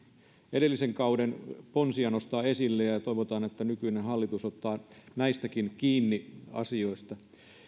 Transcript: edellisen kauden ponsia nostaa esille ja ja toivotaan että nykyinen hallitus ottaa näistäkin asioista kiinni